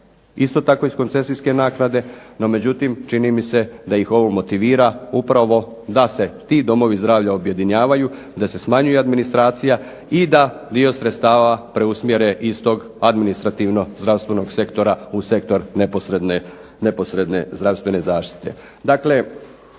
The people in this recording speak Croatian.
isto tako iz koncesijske naknade. No međutim, čini mi se da ih ovo motivira upravo da se ti domovi zdravlja objedinjavaju, da se smanjuje administracija i da dio sredstava preusmjere iz tog administrativno-zdravstvenog sektora u sektor neposredne zdravstvene zaštite. Dakle,